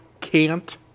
Cant